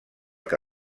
que